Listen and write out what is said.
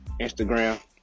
Instagram